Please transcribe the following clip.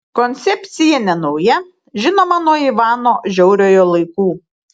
koncepcija nenauja žinoma nuo ivano žiauriojo laikų